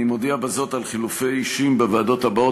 אני מודיע בזאת על חילופי אישים בוועדות הבאות